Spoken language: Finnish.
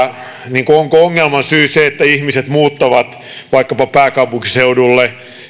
onko ongelman syy se että ihmiset muuttavat vaikkapa pääkaupunkiseudulle